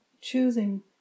choosing